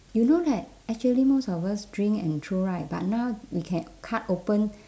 you know that actually most of us drink and throw right but now we can cut open